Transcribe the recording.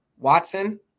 Watson